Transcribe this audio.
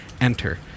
enter